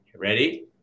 ready